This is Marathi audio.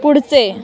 पुढचे